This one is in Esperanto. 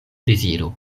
deziro